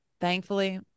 thankfully